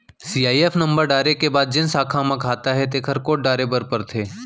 CIF number डारे के बाद जेन साखा म खाता हे तेकर कोड डारे बर परथे